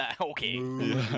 okay